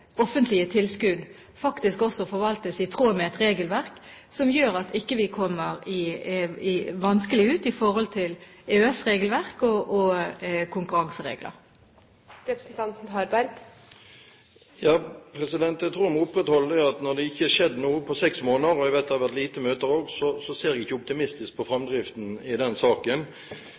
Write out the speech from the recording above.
offentlige tilskudd faktisk også forvaltes i tråd med et regelverk som gjør at vi ikke kommer vanskelig ut i forhold til EØS-regelverk og konkurranseregler. Jeg tror jeg må opprettholde det at når det ikke har skjedd noe på seks måneder, og når jeg vet det har vært lite møter også, så ser jeg ikke optimistisk på framdriften i den saken.